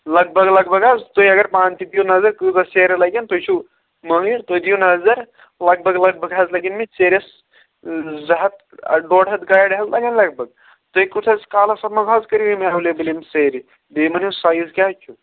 لگ بگ لگ بگ حظ تُہۍ اگر پانہٕ تہِ دِیِو نَظر کۭژاہ سیرِ لگن تُہۍ چھُو مٲنۍ تُہۍ دِیِو نظر لگ بگ لگ بگ حظ لَگن مٕتۍ سیرٮ۪س زٕ ہَتھ ڈۄڈ ہَتھ گاڑِ حظ لَگن لگ بگ تُہۍ کُس حظ کالَس منٛز حظ کٔرِو یِم ایٚویلیبُل یِم سیرِ بیٚیہِ یِمَن ہُنٛد سایِز کیٛاہ حظ چھُ